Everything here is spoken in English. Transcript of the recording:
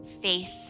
faith